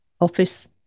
office